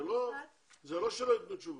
זה לא שהם לא יתנו תשובות.